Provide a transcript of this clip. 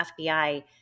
FBI